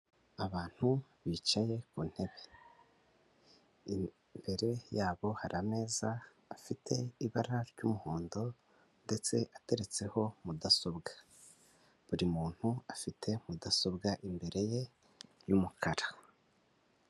Abantu bicaye ku ntebe, imbere yabo hari ameza afite ibara ry'umuhondo ndetse ateretseho mudasobwa, buri muntu afite mudasobwa imbere ye y'umukara.